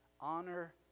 honor